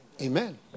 Amen